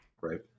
Right